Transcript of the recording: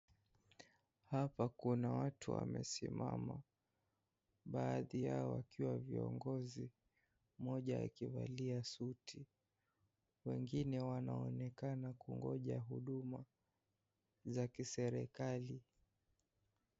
Hapa kuna watu wamesimama baadhi yao wakiwa viongozi, mmoja akivalia suti, wengine wanaonekana kungoja huduma za kiserikali.